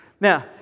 Now